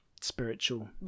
spiritual